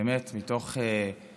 באמת מתוך כבוד